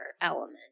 element